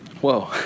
Whoa